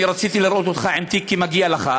אני רציתי לראות אותך עם תיק כי מגיע לך.